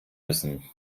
müssen